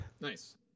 Nice